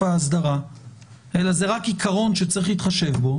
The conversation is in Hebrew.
האסדרה אלא הוא רק עיקרון שצריך להתחשב בו,